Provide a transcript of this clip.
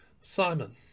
Simon